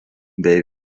bei